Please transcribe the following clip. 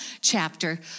chapter